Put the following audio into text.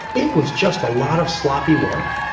it was just a lot of sloppy work.